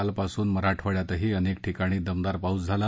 कालपासून मराठवाङ्यातही अनेक ठिकाणी दमदार पाऊस झाला